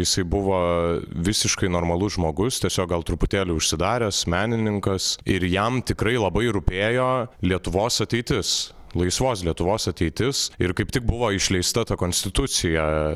jisai buvo visiškai normalus žmogus tiesiog gal truputėlį užsidaręs menininkas ir jam tikrai labai rūpėjo lietuvos ateitis laisvos lietuvos ateitis ir kaip tai buvo išleista tą konstituciją